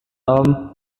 tom